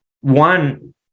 one